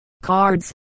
cards